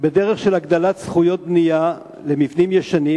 בדרך של הגדלת זכויות בנייה במבנים ישנים,